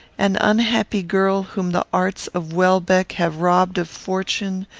an unhappy girl whom the arts of welbeck have robbed of fortune,